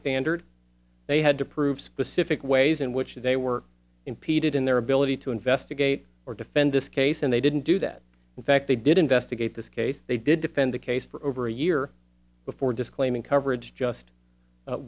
standard they had to prove specific ways in which they were impeded in their ability to investigate or defend this case and they didn't do that in fact they did investigate this case they did defend the case for over a year before disclaiming coverage just